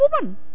woman